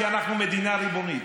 כי אנחנו מדינה ריבונית.